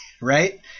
right